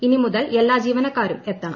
ഇനിമുതൽ എല്ലാ ജീവനക്കാരും എത്തണം